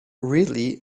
really